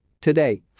Today